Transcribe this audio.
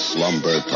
Slumber